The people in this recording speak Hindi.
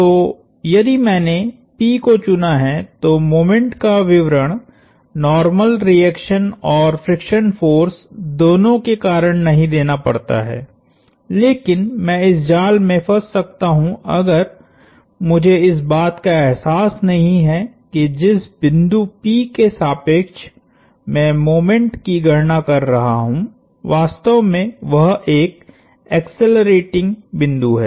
तो यदि मैंने P को चुना है तो मोमेंट का विवरण नार्मल रिएक्शन और फ्रिक्शन फोर्स दोनों के कारण नहीं देना पड़ता है लेकिन मैं इस जाल में फँस सकता हु अगर मुझे इस बात का एहसास नहीं है कि जिस बिंदु P के सापेक्ष मैं मोमेंट की गणना कर रहा हूं वास्तव में वह एक एक्सेलरेटिंग बिंदु है